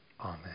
Amen